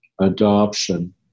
adoption